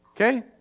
Okay